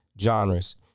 genres